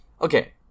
Okay